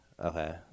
Okay